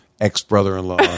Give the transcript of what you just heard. ex-brother-in-law